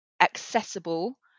accessible